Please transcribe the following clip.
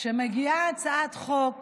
כשמגיעה הצעת חוק